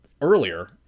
earlier